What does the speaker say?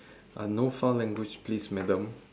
uh no foul language please madam